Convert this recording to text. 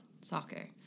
Soccer